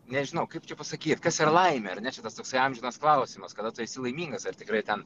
nežinau kaip čia pasakyt kas yra laimė ar ne čia tas toksai amžinas klausimas kada tu esi laimingas ar tikrai ten